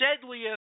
deadliest